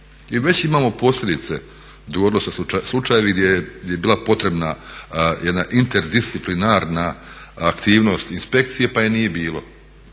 već imamo posljedice, dogodili su se slučajevi gdje je bila potrebna jedna interdisciplinarna aktivnost inspekcije pa je nije bilo